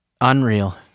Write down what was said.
Unreal